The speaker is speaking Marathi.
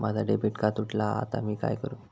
माझा डेबिट कार्ड तुटला हा आता मी काय करू?